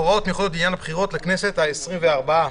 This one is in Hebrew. פרק א': הוראות מיוחדות לעניין הבחירות לכנסת העשרים וארבע.